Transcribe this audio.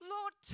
Lord